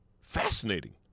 fascinating